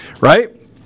Right